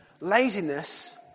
laziness